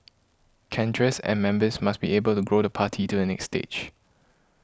cadres and members must be able to grow the party to the next stage